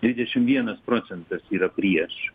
dvidešim vienas procentas yra prieš